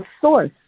source